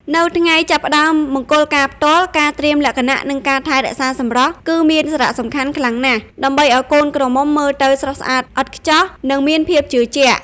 នៅថ្ងៃចាប់ផ្តើមមង្គលការផ្ទាល់ ការត្រៀមលក្ខណៈ និងការថែរក្សាសម្រស់គឺមានសារៈសំខាន់ខ្លាំងណាស់ ដើម្បីឱ្យកូនក្រមុំមើលទៅស្រស់ស្អាតឥតខ្ចោះ និងមានភាពជឿជាក់ ។